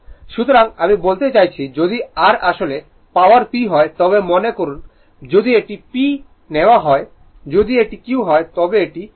সুতরাং আমি বলতে চাইছি যদি r আসল পাওয়ার P হয় তবে মনে করুন যদি এটি P নেওয়া হয় যদি এটি Q হয় তবে এটি P 2 Q2 হবে